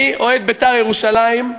אני אוהד "בית"ר ירושלים",